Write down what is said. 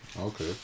Okay